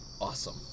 awesome